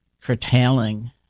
curtailing